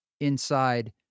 inside